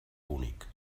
únic